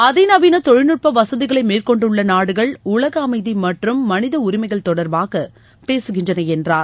அதிநவீன தொழில்நுட்ப வசதிகளை கொண்டுள்ள நாடுகள் உலக அளமதி மற்றும் மனித உரிளமகள் தொடர்பாக பேசுகின்றன என்றார்